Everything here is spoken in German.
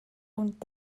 und